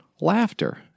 Laughter